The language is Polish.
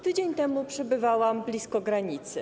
Tydzień temu przebywałam blisko granicy.